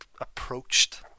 approached